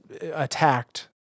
attacked